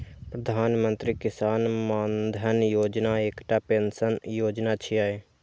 प्रधानमंत्री किसान मानधन योजना एकटा पेंशन योजना छियै